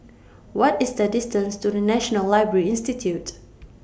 What IS The distance to The National Library Institute